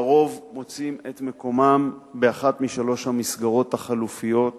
על-פי רוב מוצאים את מקומם באחת משלוש המסגרות החלופיות שלהלן: